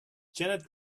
janet